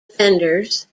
fenders